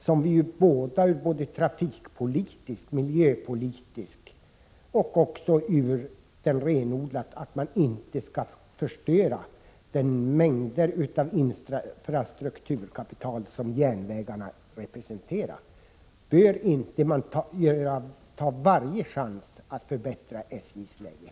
Detta är ju något som vi båda vill ur trafikpolitisk och miljöpolitisk synpunkt och med tanke på att man inte skall förstöra det infrastrukturkapital som järnvägarna representerar. Bör man inte ta varje chans att förbättra SJ:s läge?